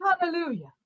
hallelujah